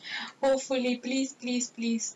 hopefully please please please